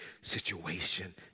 situation